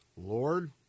lord